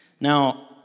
Now